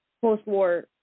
post-war